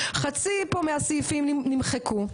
חצי פה מהסעיפים נמחקו,